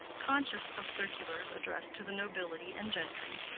conscious of circulars addressed to the nobility and gentry,